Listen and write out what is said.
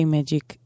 Magic